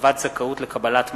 (הרחבת זכאות לקבלת מענק),